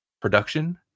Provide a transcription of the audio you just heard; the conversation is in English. production